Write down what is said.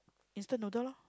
instant noodle lor